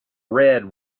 red